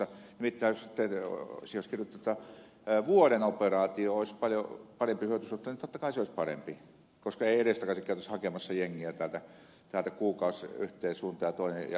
nimittäin jos siihen olisi kirjoitettu jotta vuoden operaatio olisi parempihyötysuhteinen totta kai se olisi parempi koska ei edestakaisin käytäisi hakemassa jengiä täältä kuukausi yhteen suuntaan ja yksi kuukausi perillä